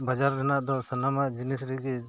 ᱵᱟᱡᱟᱨ ᱨᱮᱱᱟᱜ ᱫᱚ ᱥᱟᱱᱟᱢᱟᱜ ᱡᱤᱱᱤᱥ ᱨᱮᱜᱮ